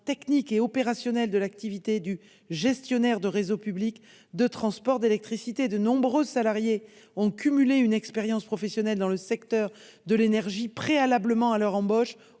techniques et opérationnels de l'activité de gestionnaire de réseau public de transport d'électricité. De nombreux salariés ont accumulé une expérience professionnelle dans le secteur de l'énergie préalablement à leur embauche